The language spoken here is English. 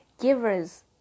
givers